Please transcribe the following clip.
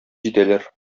җитәләр